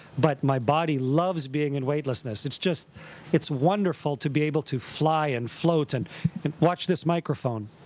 but my body loves being in weightlessness. it's just it's wonderful to be able to fly and float and and watch this microphone